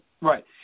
Right